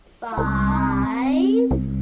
five